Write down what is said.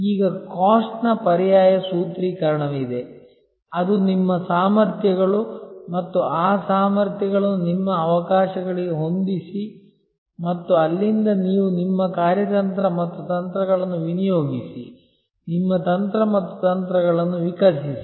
ಈಗ COST ನ ಪರ್ಯಾಯ ಸೂತ್ರೀಕರಣವಿದೆ ಅದು ನಿಮ್ಮ ಸಾಮರ್ಥ್ಯಗಳು ಮತ್ತು ಆ ಸಾಮರ್ಥ್ಯಗಳನ್ನು ನಿಮ್ಮ ಅವಕಾಶಗಳಿಗೆ ಹೊಂದಿಸಿ ಮತ್ತು ಅಲ್ಲಿಂದ ನೀವು ನಿಮ್ಮ ಕಾರ್ಯತಂತ್ರ ಮತ್ತು ತಂತ್ರಗಳನ್ನು ವಿನಿಯೋಗಿಸಿ ನಿಮ್ಮ ತಂತ್ರ ಮತ್ತು ತಂತ್ರಗಳನ್ನು ವಿಕಸಿಸಿ